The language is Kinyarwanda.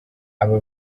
aba